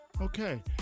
Okay